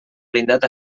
blindat